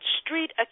street